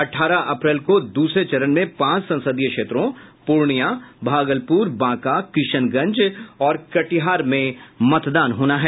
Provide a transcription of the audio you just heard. अठारह अप्रैल को दूसरे चरण में पांच संसदीय क्षेत्रों पूर्णिया भागलपुर बांका किशनगंज और कटिहार में मतदान होना है